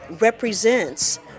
represents